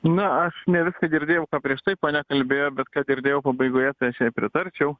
na aš ne viską girdėjau ką prieš tai ponia kalbėjo bet ką girdėjau pabaigoje tai aš jai pritarčiau